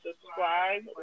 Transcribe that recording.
subscribe